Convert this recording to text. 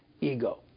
ego